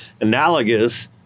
Analogous